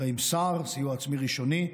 שנקראים סע"ר, סיוע עצמי ראשוני.